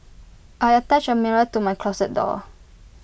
I attached A mirror to my closet door